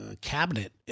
cabinet